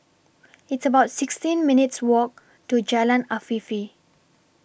It's about sixteen minutes' Walk to Jalan Afifi